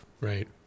right